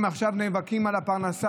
הם נאבקים עכשיו על הפרנסה,